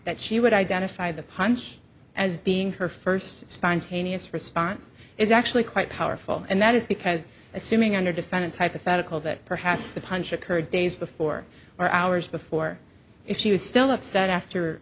that she would identify the punch as being her first spontaneous response is actually quite powerful and that is because assuming under defendant's hypothetical that perhaps the punch occurred days before or hours before if she was still upset after